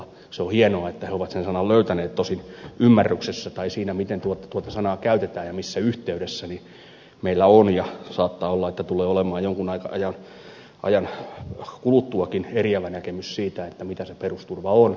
se on hienoa että he ovat sen sanan löytäneet tosin sen ymmärryksessä tai siinä miten tuota sanaa käytetään ja missä yhtey dessä meillä on ja saattaa olla että tulee olemaan jonkun ajan kuluttuakin eriävä näkemys siitä mitä se perusturva on